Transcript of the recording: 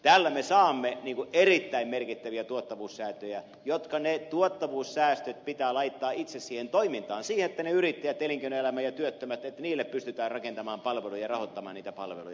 tällä me saamme erittäin merkittäviä tuottavuussäästöjä jotka pitää laittaa itse siihen toimintaan siihen että niille yrittäjille elinkeinoelämälle ja työttömille pystytään rakentamaan palveluja ja rahoittamaan niitä palveluja